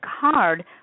card